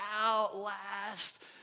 outlast